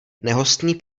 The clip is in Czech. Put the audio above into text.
nehostný